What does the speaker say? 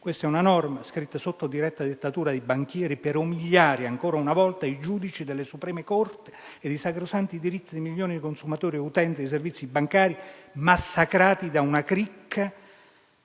È una norma scritta sotto diretta dettatura dei banchieri per umiliare, ancora una volta, i giudici della Suprema corte e i sacrosanti diritti di milioni di consumatori e utenti dei servizi bancari, massacrati da una cricca